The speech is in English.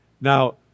Now